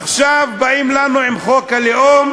עכשיו באים לנו עם חוק הלאום,